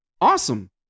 awesome